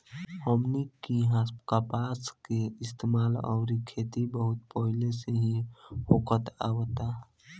हमनी किहा कपास के इस्तेमाल अउरी खेती बहुत पहिले से ही होखत आवता